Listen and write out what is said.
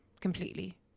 completely